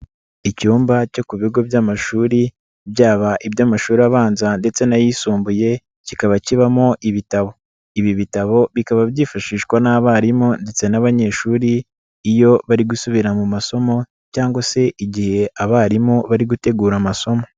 Icyumba cyo ku bigo by'amashuri, byaba iby'amashuri abanza ndetse n'ayisumbuye, kikaba kibamo ibitabo. Ibi bitabo bikaba byifashishwa n'abarimu ndetse n'abanyeshuri, iyo bari gusubira mu masomo cyangwa se igihe abarimu bari gutegura amasomo.